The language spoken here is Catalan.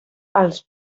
els